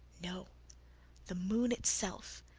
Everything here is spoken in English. no the moon itself,